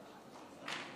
בשמות,